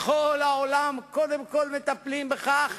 בכל העולם קודם כול דואגים לכך